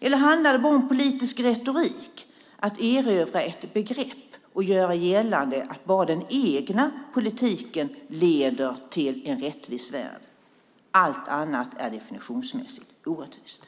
Eller handlar det bara om politisk retorik, att erövra ett begrepp och göra gällande att bara den egna politiken leder till en rättvis värld? Allt annat är definitionsmässigt orättvist.